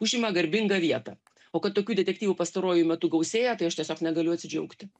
užima garbingą vietą o kad tokių detektyvų pastaruoju metu gausėja tai aš tiesiog negaliu atsidžiaugti